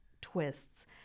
twists